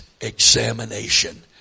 examination